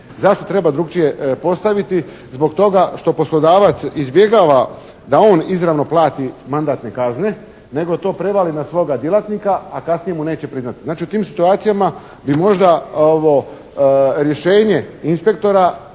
Zašto treba drukčije postaviti? Zbog toga što poslodavac izbjegava da on izravno plati mandatne kazne nego to prevali na svoga djelatnika, a kasnije mu neće priznati. Znači u tim situacijama bi možda ovo rješenje inspektora